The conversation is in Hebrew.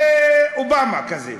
יהיה אובמה כזה.